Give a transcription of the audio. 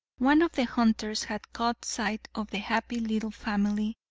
one of the hunters had caught sight of the happy little family,